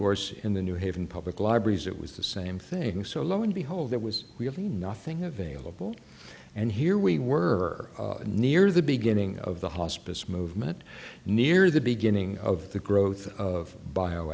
course in the new haven public libraries it was the same thing so lo and behold there was we have nothing available and here we were near the beginning of the hospice movement near the beginning of the growth of bio